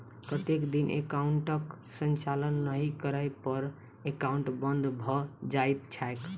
कतेक दिन एकाउंटक संचालन नहि करै पर एकाउन्ट बन्द भऽ जाइत छैक?